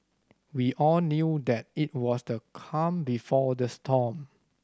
we all knew that it was the calm before the storm